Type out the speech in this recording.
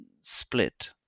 split